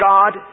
God